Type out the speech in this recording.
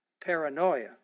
paranoia